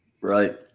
Right